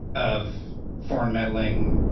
of foreign meddling,